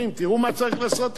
תראו מה צריך לעשות עכשיו.